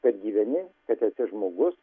kad gyveni kad esi žmogus